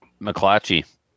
McClatchy